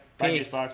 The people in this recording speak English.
Peace